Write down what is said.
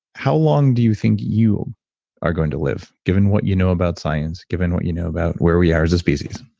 how long do you think you are going to live, given what you know about science, given what you know about where we are as a species?